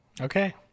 Okay